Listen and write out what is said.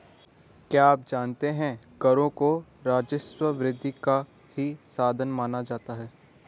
क्या आप जानते है करों को राजस्व वृद्धि का ही साधन माना जाता है?